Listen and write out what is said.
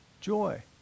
joy